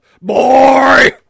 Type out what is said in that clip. Boy